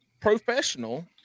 professional